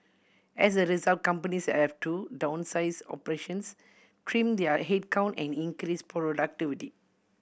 as a result companies have to downsize operations trim their headcount and increase productivity